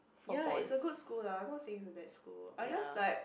ya is a good school lah I'm not saying is a bad school I'm just like